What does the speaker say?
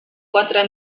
quatre